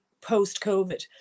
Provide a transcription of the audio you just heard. post-COVID